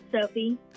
Sophie